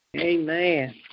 Amen